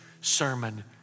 sermon